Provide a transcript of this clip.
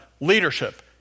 leadership